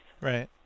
Right